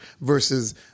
versus